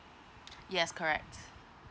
yes correct